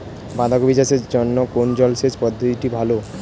বাঁধাকপি চাষের জন্য কোন জলসেচ পদ্ধতিটি ভালো?